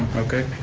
okay.